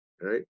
right